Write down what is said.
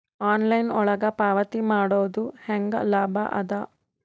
Online ಒಳಗ ಪಾವತಿ ಮಾಡುದು ಹ್ಯಾಂಗ ಲಾಭ ಆದ?